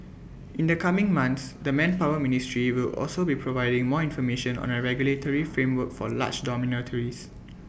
in the coming months the manpower ministry will also be providing more information on A regulatory framework for large